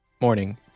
morning